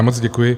Moc děkuji.